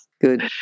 good